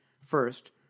First